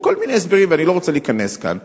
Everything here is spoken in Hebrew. או כל מיני הסברים ואני לא רוצה להיכנס לזה כאן.